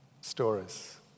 stories